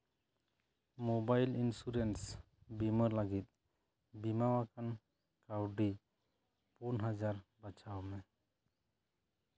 mobile insurance ᱵᱤᱢᱟᱹ ᱞᱟᱹᱜᱤᱫ ᱵᱤᱢᱟ ᱟᱠᱟᱱ ᱠᱟᱹᱣᱰᱤ ᱯᱩᱱ ᱦᱟᱡᱟᱨ ᱵᱟᱪᱷᱟᱣ ᱢᱮ